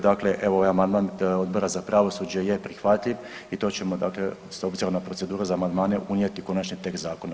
Dakle, evo ovaj amandman Odbora za pravosuđe je prihvatljiv i to ćemo dakle s obzirom na proceduru za amandmane unijeti u konačni tekst zakona.